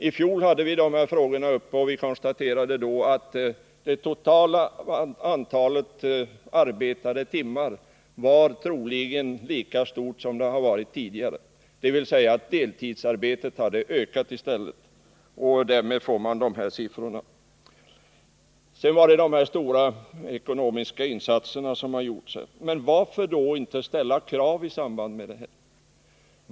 I fjol hade vi de här frågorna uppe, och vi konstaterade då att det totala antalet arbetade timmar troligen var lika stort som det varit tidigare, dvs. att deltidsarbetet hade ökat, och därmed får man de här siffrorna. Sedan var det detta med de stora ekonomiska insatser som gjorts. Men varför då inte ställa krav i samband med dessa insatser?